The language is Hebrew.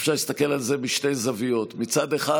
אפשר להסתכל על זה בשתי זוויות: מצד אחד,